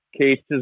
cases